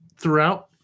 throughout